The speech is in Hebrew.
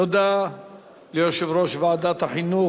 תודה ליושב-ראש ועדת החינוך,